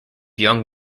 young